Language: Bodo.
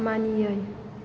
मानियै